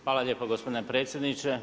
Hvala lijepa, gospodine predsjedniče.